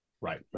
Right